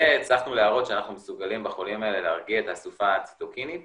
והצלחנו להראות שאנחנו מסוגלים בחולים האלה להרגיע את הסערה הציטוקינית